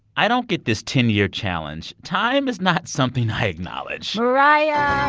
i don't get this ten year challenge. time is not something i acknowledge. mariah